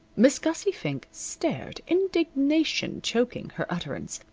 miss gussie fink stared, indignation choking her utterance.